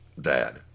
dad